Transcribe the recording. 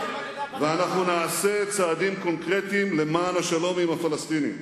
ואנחנו נעשה צעדים קונקרטיים למען השלום עם הפלסטינים,